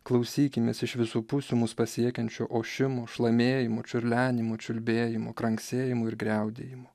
klausykimės iš visų pusių mus pasiekiančio ošimo šlamėjimo čiurlenimo čiulbėjimo kranksėjimų ir griaudėjimo